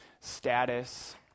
status